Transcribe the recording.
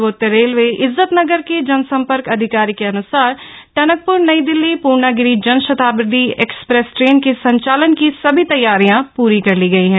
पूर्वोतर railway Izzatnagar के जनसंपर्क अधिकारी के अन्सार टनकप्र नई दिल्ली पूर्णागिरि जनशताब्दी एक्सप्रेस ट्रेन के संचालन की सभी तैयारियां पूरी कर ली गई है